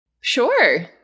Sure